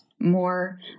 more